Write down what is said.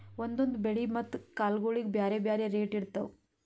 ಒಂದೊಂದ್ ಬೆಳಿ ಮತ್ತ್ ಕಾಳ್ಗೋಳಿಗ್ ಬ್ಯಾರೆ ಬ್ಯಾರೆ ರೇಟ್ ಇರ್ತವ್